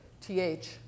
TH